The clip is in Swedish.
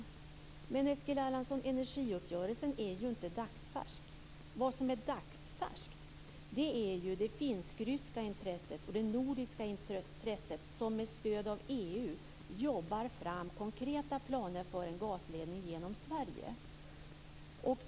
Men, Eskil Erlandsson, energiuppgörelsen är ju inte dagsfärsk. Vad som är dagsfärskt är det finsk-ryska och det nordiska intresse som med stöd av EU jobbar fram konkreta planer för en gasledning genom Sverige.